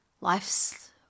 Life's